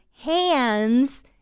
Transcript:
hands